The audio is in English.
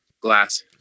glass